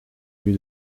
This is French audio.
lieu